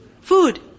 Food